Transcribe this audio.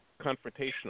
confrontational